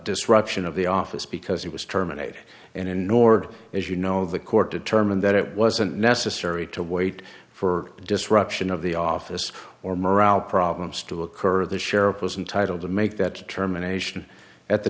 disruption of the office because he was terminated and nor as you know the court determined that it wasn't necessary to wait for the disruption of the office or morale problems to occur the sheriff was entitle to make that determination at the